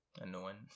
annoying